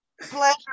pleasure